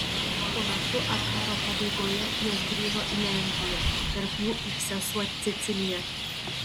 tuo metu ar karo pabaigoje jos grįžo į lenkiją tarp jų ir sesuo cecilija